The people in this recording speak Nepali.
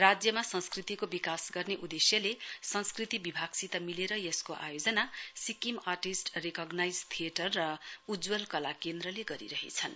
राज्यमा संस्कृतिको विकास गर्ने उद्देश्यले संस्कृति विभागसित मिलेर यसको आयोजना सिक्किम आरटिस्ट रिकोकनाइज थिएटर र उज्जवल कला केन्द्रले गरिरहेछन्